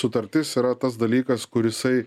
sutartis yra tas dalykas kur jisai